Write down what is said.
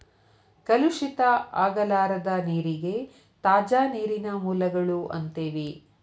ಕಲುಷಿತ ಆಗಲಾರದ ನೇರಿಗೆ ತಾಜಾ ನೇರಿನ ಮೂಲಗಳು ಅಂತೆವಿ